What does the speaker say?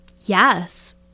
Yes